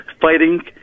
fighting